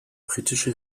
britische